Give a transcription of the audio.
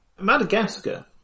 Madagascar